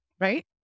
Right